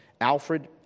Alfred